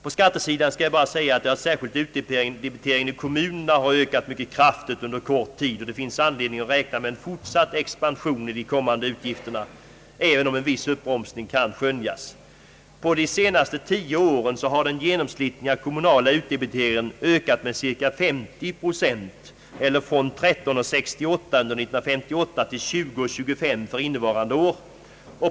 På skattesidan har särskilt utdebiteringen i kommunerna ökat mycket kraftigt under kort tid, och det finns anledning att räkna med en fortsatt expansion i de kommande utgifterna, även om en viss uppbromsning kan skönjas. På de senaste tio åren har den genomsnittliga kommunala <utdebiteringen ökat med cirka 50 procent eller från kronor 13: 68 under 1958 till 20: 25 för innevarande år.